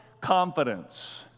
confidence